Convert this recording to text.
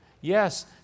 Yes